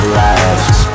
left